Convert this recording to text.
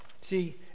See